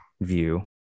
view